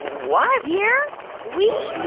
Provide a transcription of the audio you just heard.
what? here we